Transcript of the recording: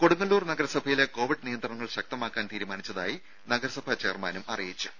കൊടുങ്ങല്ലൂർ നഗരസഭയിലെ കോവിഡ് നിയന്ത്രണങ്ങൾ ശക്തമാക്കാൻ തീരുമാനിച്ചതായി നഗരസഭാ ചെയർമാനും അറിയിച്ചിട്ടുണ്ട്